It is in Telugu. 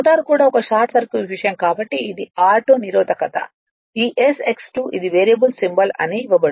రోటర్ కూడా ఒక షార్ట్ సర్క్యూట్ విషయం కాబట్టి ఇది r2 నిరోధకత ఈ s X 2 ఇది వేరియబుల్ సింబల్ అని ఇవ్వబడుతుంది